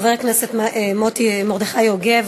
חבר הכנסת מרדכי יוגב.